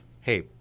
hey